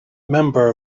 member